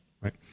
Right